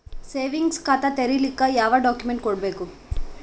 Savings ಖಾತಾ ತೇರಿಲಿಕ ಯಾವ ಡಾಕ್ಯುಮೆಂಟ್ ಕೊಡಬೇಕು?